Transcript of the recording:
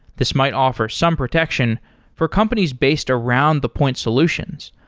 this might offer some protection for companies based around the point solutions,